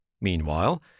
Meanwhile